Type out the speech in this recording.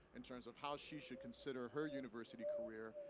in terms of how she should consider her university career.